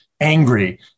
angry